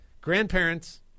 grandparents